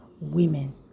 women